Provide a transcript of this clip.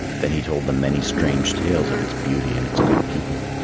then he told them many strange tales of its beauty and its good people.